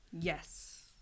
Yes